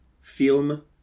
film